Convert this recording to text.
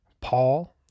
Paul